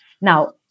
Now